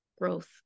growth